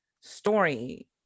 story